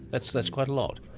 that's that's quite a lot.